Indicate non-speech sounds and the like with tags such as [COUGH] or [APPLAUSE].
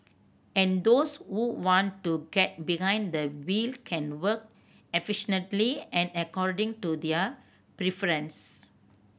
and those who want to get behind the wheel can work [UNINTELLIGIBLE] and according to their preference